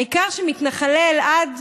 העיקר שמתנחלי אלעד